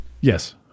Yes